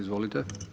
Izvolite.